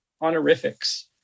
honorifics